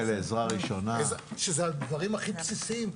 אלה הדברים הכי בסיסיים.